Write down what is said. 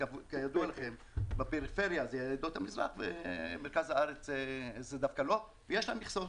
כידוע לכם בפריפריה אלה עדות המזרח ובמרכז הארץ דווקא לא ויש להם מכסות.